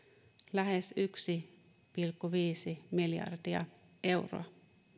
lähes yksi pilkku viisi miljardia euroa